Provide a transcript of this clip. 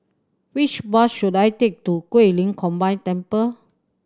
which bus should I take to Guilin Combined Temple